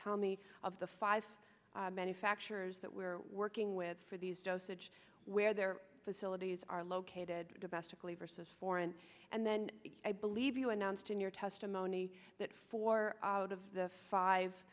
tell me of the five manufacturers that were working with for these dosage where their facilities are located domestically versus foreign and then i believe you announced in your testimony that four out of the five